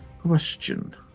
question